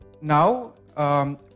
Now